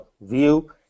view